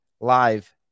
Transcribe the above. live